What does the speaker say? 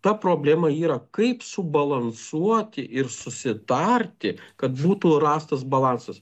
ta problema yra kaip subalansuoti ir susitarti kad būtų rastas balansas